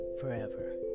forever